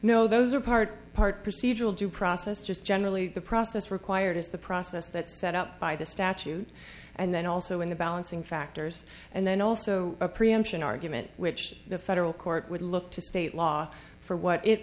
no those are part part procedural due process just generally the process required is the process that set up by the statute and then also in the balancing factors and then also a preemption argument which the federal court would look to state law for what it